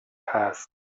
هست